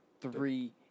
three